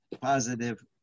positive